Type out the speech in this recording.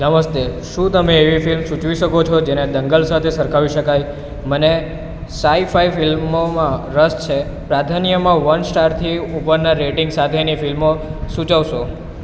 નમસ્તે શું તમે એવી ફિલ્મ સૂચવી શકો છો જેને દંગલ સાથે સરખાવી શકાય મને સાઈ ફાઈ ફિલ્મોમાં રસ છે પ્રાધાન્યમાં વન સ્ટારથી ઉપરના રેટિંગ સાથેની ફિલ્મો સૂચવશો